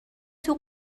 توی